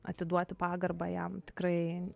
atiduoti pagarbą jam tikrai